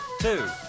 two